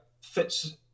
fits